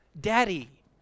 daddy